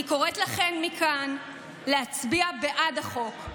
אני קוראת לכן מכאן להצביע בעד החוק.